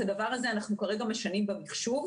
את הדבר הזה אנחנו כרגע משנים במחשוב,